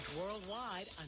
worldwide